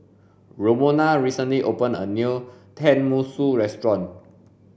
Romona recently opened a new Tenmusu restaurant